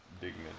dignity